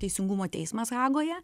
teisingumo teismas hagoje